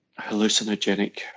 hallucinogenic